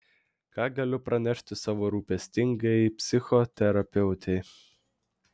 ką galiu pranešti savo rūpestingajai psichoterapeutei